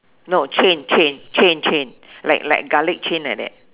no chain chain chain chain like like garlic chain like that